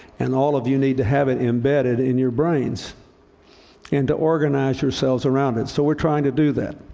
and all of you need to have it embedded in your brains and to organize yourselves around it. so we're trying to do that.